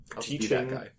teaching